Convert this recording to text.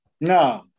No